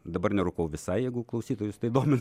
dabar nerūkau visai jeigu klausytojus tai domina